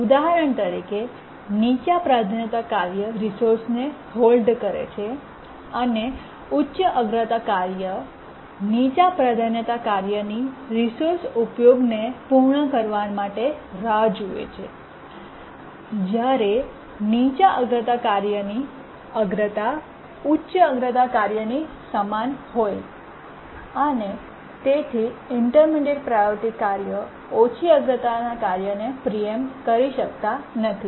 ઉદાહરણ તરીકે નીચા પ્રાધાન્યતા કાર્ય રિસોર્સને હોલ્ડ કરે છે અને ઉચ્ચ અગ્રતા કાર્ય નીચા પ્રાધાન્યતાના કાર્યની રિસોર્સના ઉપયોગને પૂર્ણ કરવા માટે રાહ જુએ છે જ્યારે નીચા અગ્રતા કાર્યની અગ્રતા ઉચ્ચ અગ્રતા કાર્યની સમાન હોઇ અને તેથીઇન્ટર્મીડિએટ્ પ્રાયોરિટી કાર્યો ઓછી અગ્રતા કાર્યને પ્રીએમ્પ્ટ કરી શકતા નથી